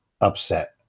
upset